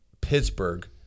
Pittsburgh